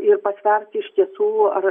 ir pasverti iš tiesų ar